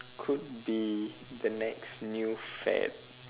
could be the next new fad